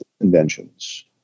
inventions